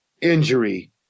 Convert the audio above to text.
injury